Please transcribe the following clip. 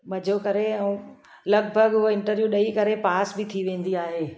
मज़ो करे ऐं लॻभॻि उहो इंटरव्यू ॾेई करे पास बि थी वेंदी आहे